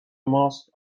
ماست